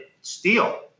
steel